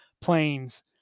planes